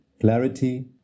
clarity